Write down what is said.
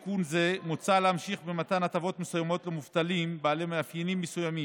מה גם שהדבר הזה נבדק על ידי גורם שאיננו נמצא בשיג ושיח הפוליטי,